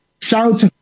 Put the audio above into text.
Shout